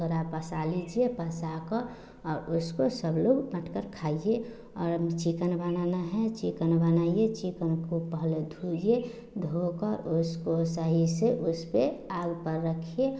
थोड़ा पसा लीजिए पसाकर और उसको सब लोग बैठकर खाइए और चिकन बनाना है चिकन बनाइए चिकन को पहले धोइए धोकर उसको सही से उस पर आग पर रखिए